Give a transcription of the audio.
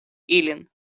ilin